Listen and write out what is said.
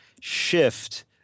shift